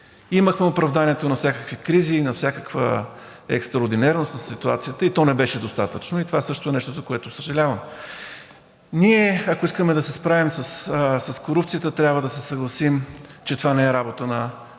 Имахме оправданието на всякакви кризи, на всякаква екстраординарност със ситуацията и то не беше достатъчно. И това също е нещо, за което съжалявам. Ние, ако искаме да се справим с корупцията, трябва да се съгласим, че отсъждането на